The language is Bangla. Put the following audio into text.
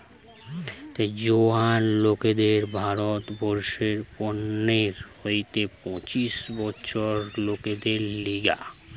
জোয়ান লোকদের ভারত বর্ষে পনের হইতে পঁচিশ বছরের লোকদের লিগে